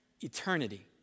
Eternity